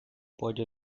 pode